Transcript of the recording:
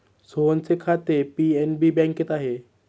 सोहनचे खाते पी.एन.बी बँकेत आहे